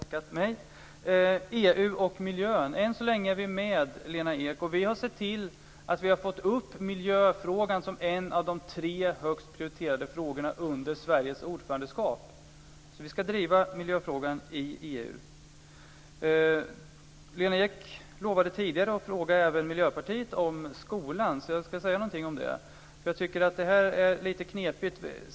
Herr talman! Jag får passa på att tacka dem som har tackat mig. När det gäller EU och miljön vill jag säga följande. Än så länge är vi med, Lena Ek. Vi har sett till att miljöfrågan har kommit upp som en av de tre högst prioriterade frågorna under Sveriges ordförandeskap. Vi ska alltså driva detta med miljön i EU. Lena Ek lovade tidigare, och frågar Miljöpartiet, om skolan. Det är lite knepigt i det här sammanhanget.